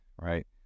right